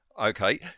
Okay